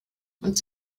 und